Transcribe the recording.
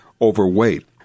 overweight